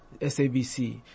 SABC